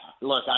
Look